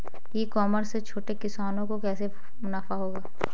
ई commerce से छोटे किसानों को कैसे मुनाफा होगा?